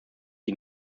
die